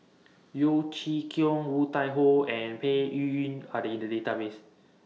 Yeo Chee Kiong Woon Tai Ho and Peng Yuyun Are The in The Database